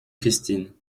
christine